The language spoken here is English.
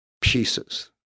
pieces